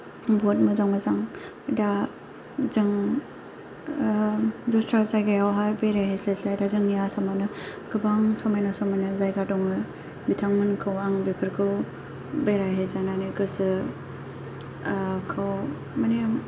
बहद मोजां मोजां दा जों दस्रा जायगायावहाय बेरायहैस्लायस्लाय दा जोंनि आसामावनो गोबां समायना समायना जायगा दङ बिथांमोनखौ आं बेफोरखौ बेरायहैजानानै गोसो खौ माने